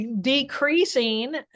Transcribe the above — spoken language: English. decreasing